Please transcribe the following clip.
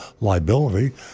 liability